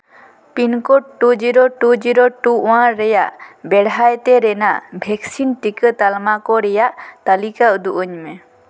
pin code two zero two zero two one ᱨᱮᱭᱟᱜ ᱵᱮᱲᱦᱟᱭ ᱛᱮ ᱨᱮᱭᱟᱜ ᱵᱷᱮᱠᱥᱤᱱ ᱴᱤᱠᱟᱹ ᱛᱟᱞᱢᱟ ᱠᱚ ᱨᱮᱭᱟᱜ ᱛᱟᱹᱞᱤᱠᱟ ᱩᱫᱩᱜ ᱟᱹᱧ ᱢᱮ